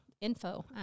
info